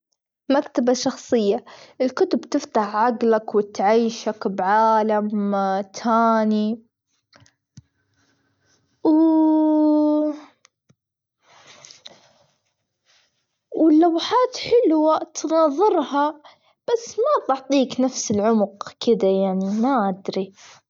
مكتبة شخصية الكتب تفتح عجلك وتعيشك بعالم تاني ،واللوحات حلوة تناظرها بس ما تعطيك نفس العمج كدا يعني ما أدري.